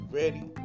ready